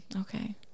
Okay